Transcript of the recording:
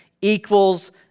equals